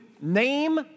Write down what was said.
name